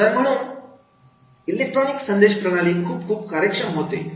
तर म्हणून इलेक्ट्रॉनिक संदेश प्रणाली खूप खूप कार्यक्षम होती